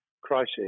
crisis